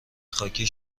خاکی